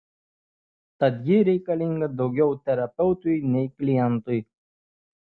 tad ji reikalinga daugiau terapeutui nei klientui